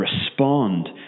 Respond